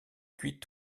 cuite